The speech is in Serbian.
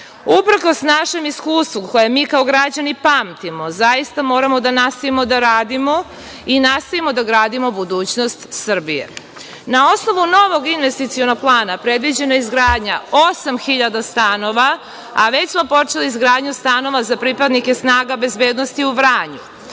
evra. Uprkos našem iskustvu koje mi kao građani pamtimo, zaista moramo da nastavimo da radimo i gradimo budućnost Srbije. Na osnovu novog investicionog plana, predviđena je izgradnja 8.000 stanova, a već smo počeli izgradnju stanova za pripadnike snaga bezbednosti u Vranju.